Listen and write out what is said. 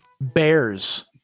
Bears